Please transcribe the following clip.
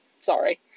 sorry